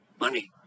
Money